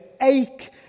ache